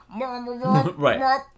Right